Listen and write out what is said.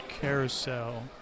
carousel